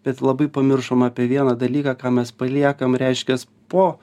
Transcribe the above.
bet labai pamiršom apie vieną dalyką ką mes paliekam reiškias po